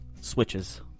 switches